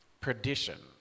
perdition